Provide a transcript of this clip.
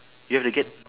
you have the gate